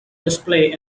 display